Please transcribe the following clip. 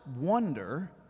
wonder